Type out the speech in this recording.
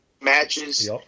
matches